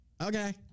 Okay